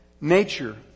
nature